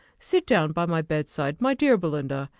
sit down by my bedside, my dear belinda,